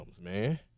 man